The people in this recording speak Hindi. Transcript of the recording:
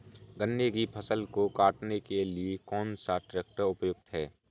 गन्ने की फसल को काटने के लिए कौन सा ट्रैक्टर उपयुक्त है?